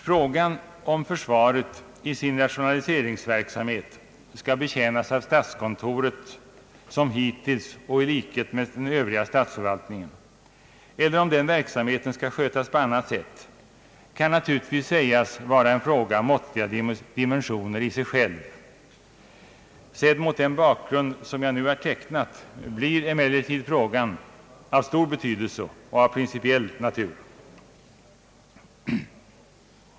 Frågan om försvaret i sin rationaliseringsverksamhet skall betjänas av statskontoret som hittills och i likhet med den övriga statsförvaltningen eller om den verksamheten skall skötas på annat sätt kan naturligtvis sägas vara en fråga av måttliga dimensioner i sig själv. Sedd mot den bakgrund som jag nu har tecknat blir emellertid frågan av stor betydelse och av principiell natur.